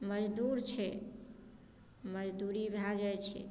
मजदूर छै मजदूरी भए जाइत छै